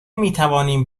میتوانیم